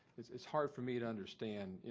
it's it's hard for me to understand.